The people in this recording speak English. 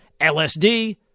LSD